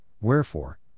Wherefore